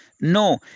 no